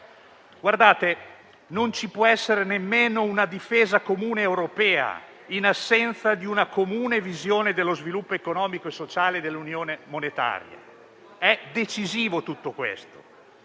Non ci può essere nemmeno una difesa comune europea in assenza di una comune visione dello sviluppo economico e sociale dell'unione monetaria: è decisivo tutto questo.